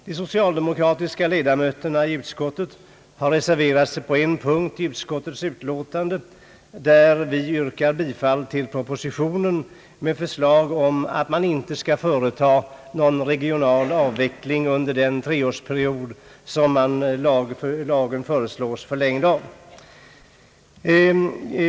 De socialdemokratiska ledamöterna i utskottet har reserverat sig på en punkt i utskottsutlåtandet, där vi yrkar bifall till propositionen med förslag om att man inte skall företa någon regional avveckling under den treårsperiod som lagen föreslås förlängd med.